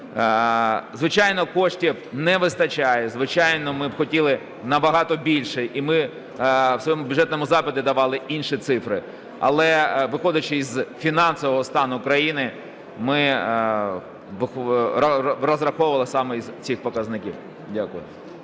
Звичайно, коштів не вистачає, звичайно, ми б хотіли набагато більше, і ми в своєму бюджетному запиті давали інші цифри. Але, виходячи з фінансового стану країни, ми розраховували саме із цих показників. Дякую.